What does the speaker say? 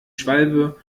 schwalbe